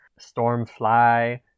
Stormfly